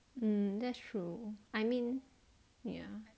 mm that's true I mean ya